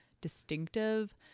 distinctive